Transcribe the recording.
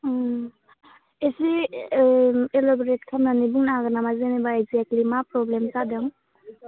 एसे एलाब'रेट खालामनानै बुंनो हागोन नामा जेनेबा एगजेक्टलि मा प्रब्लेम जादों